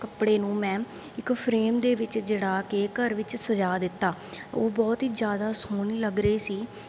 ਕੱਪੜੇ ਨੂੰ ਮੈਂ ਇੱਕ ਫਰੇਮ ਦੇ ਵਿੱਚ ਜੜਾ ਕੇ ਘਰ ਵਿੱਚ ਸਜਾ ਦਿੱਤਾ ਉਹ ਬਹੁਤ ਹੀ ਜ਼ਿਆਦਾ ਸੋਹਣੀ ਲੱਗ ਰਹੀ ਸੀ